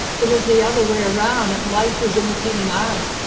it was the other way around that life was imitating art.